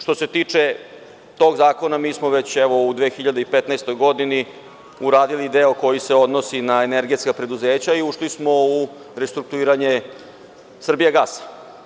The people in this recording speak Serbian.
Što se tiče tog zakona, mi smo već, evo, u 2015. godini uradili deo koji se odnosi na energetska preduzeća i ušli smo u restrukturiranje „Srbijagasa“